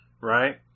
right